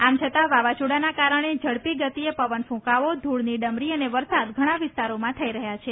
આમ છતાં વાવાઝોડાના કારણે ઝડપી ગતીએ પવન ફંકાવો ધૂળની ડમરી અને વરસાદ ઘણા વિસ્તારોમાં થઈ રહ્યો છે